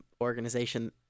organization